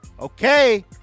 Okay